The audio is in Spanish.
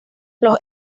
los